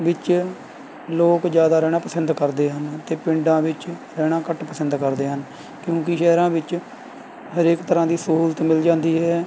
ਵਿੱਚ ਲੋਕ ਜ਼ਿਆਦਾ ਰਹਿਣਾ ਪਸੰਦ ਕਰਦੇ ਹਨ ਅਤੇ ਪਿੰਡਾਂ ਵਿੱਚ ਰਹਿਣਾ ਘੱਟ ਪਸੰਦ ਕਰਦੇ ਹਨ ਕਿਉਂਕਿ ਸ਼ਹਿਰਾਂ ਵਿੱਚ ਹਰੇਕ ਤਰ੍ਹਾਂ ਦੀ ਸਹੂਲਤ ਮਿਲ ਜਾਂਦੀ ਹੈ